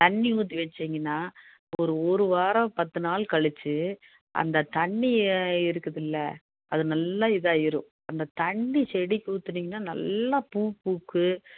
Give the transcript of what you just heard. தண்ணி ஊற்றி வச்சிங்கனா ஒரு ஒருவாரம் பத்து நாள் கழித்து அந்த தண்ணியே இருக்குதுல்ல அது நல்லா இதாகிரும் அந்த தண்ணி செடிக்கு ஊற்றுனீங்கனா நல்லா பூ பூக்கும்